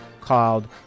called